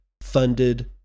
funded